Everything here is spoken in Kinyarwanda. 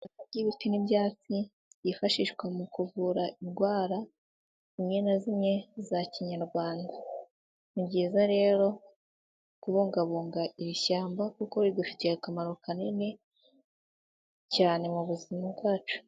Ry'ibiti n'ibyatsi byifashishwa mu kuvura indwara zimwe na zimwe za kinyarwanda, ni byiza rero kubungabunga iri shyamba kuko ridufitiye akamaro kanini cyane mu buzima bwacu.